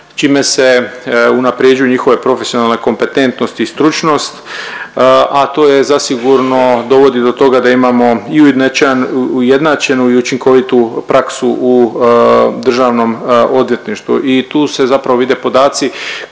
čime se unaprjeđuju njihove profesionalne kompetentnost i stručnost, a to je zasigurno dovodi do toga da imamo i ujednačenu i učinkovitu praksu u državnom odvjetništvu i tu se zapravo vide podaci